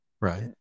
right